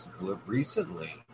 recently